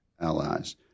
allies